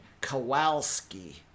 Kowalski